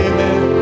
Amen